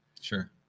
Sure